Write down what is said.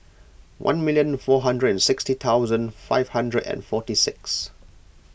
one million four hundred and sixty thousand five hundred and forty six